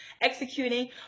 executing